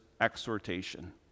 exhortation